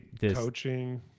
Coaching